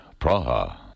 Praha